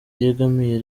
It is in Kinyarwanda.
yegamiye